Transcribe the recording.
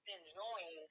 enjoying